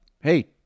hey